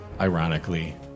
ironically